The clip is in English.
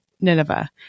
Nineveh